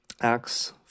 Acts